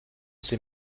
sie